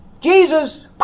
Jesus